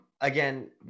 again